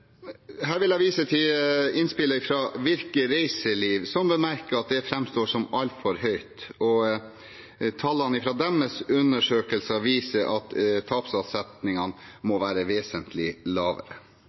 Her vil jeg vise til innspillet fra Virke Reiseliv, som bemerker at det framstår som altfor høyt. Tallene fra deres undersøkelser viser at tapsavsetningene